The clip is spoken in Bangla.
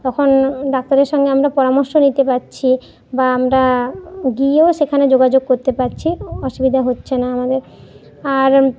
তখন ডাক্তারের সঙ্গে আমরা পরামর্শ নিতে পারছি বা আমরা গিয়েও সেখানে যোগাযোগ করতে পারছি অসুবিধা হচ্ছে না আমাদের আর